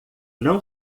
não